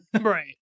Right